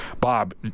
Bob